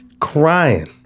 crying